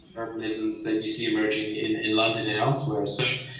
urbanisms that you see emerging in in london and elsewhere. so,